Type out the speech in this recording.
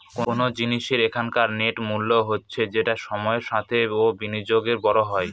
কোন জিনিসের এখনকার নেট মূল্য হচ্ছে যেটা সময়ের সাথে ও বিনিয়োগে বড়ো হয়